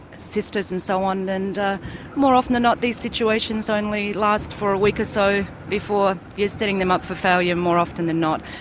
sisters and so on, and ah more often than not these situations only last for a week or so before. you're setting them up for failure more often than not.